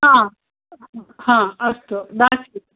अस्तु आं दास्